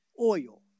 oil